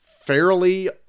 fairly